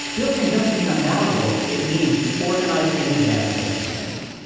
built-in doesn't mean unmalleable it means organized in advance of experience.